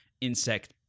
insect